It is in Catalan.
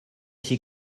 així